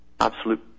absolute